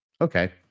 Okay